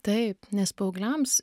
taip nes paaugliams